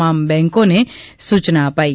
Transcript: તમામ બેન્કોને સૂચના અપાઇ